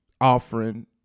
offering